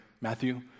Matthew